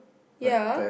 ya